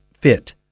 fit